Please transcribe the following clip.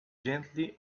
gently